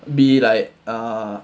be like err